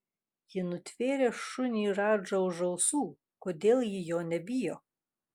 ji nutvėrė šunį radžą už ausų kodėl ji jo nebijo